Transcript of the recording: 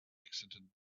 exited